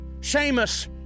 Seamus